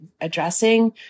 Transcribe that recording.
addressing